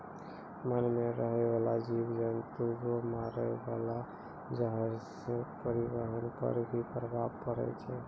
मान मे रहै बाला जिव जन्तु रो मारे वाला जहर से प्रर्यावरण पर भी प्रभाव पड़ै छै